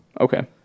Okay